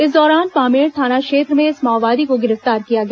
इसी दौरान पामेड़ थाना क्षेत्र में इस माओवादी को गिरफ्तार किया गया